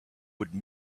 would